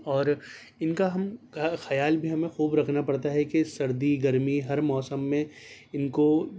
اور ان کا ہم خیال بھی ہمیں خوب رکھنا پڑتا ہے کہ سردی گرمی ہر موسم میں ان کو